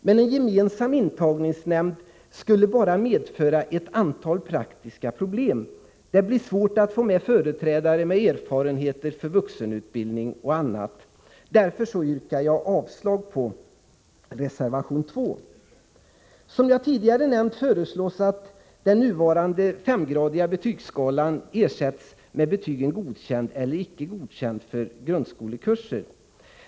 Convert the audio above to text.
Men en gemensam intagningsnämnd skulle bara medföra ett antal praktiska problem. Det blir svårt att få med företrädare med erfarenheter av vuxenutbildning och annat. Därför yrkar jag avslag på reservation nr 2. Som jag tidigare nämnt föreslås att den nuvarande femgradiga betygsskalan ersätts med betygen godkänd och icke godkänd för grundskolekurser.